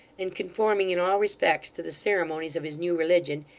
and conforming in all respects to the ceremonies of his new religion,